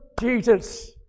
Jesus